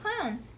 Clown